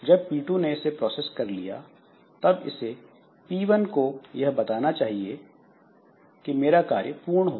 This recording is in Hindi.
जब P2 ने इसे प्रोसेस कर लिया तब इसे P1 को यह बताना चाहिए कि मेरा कार्य पूरा हो गया